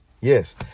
Yes